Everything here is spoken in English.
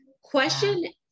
Question